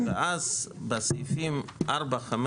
ואז הסעיפים (4), (5),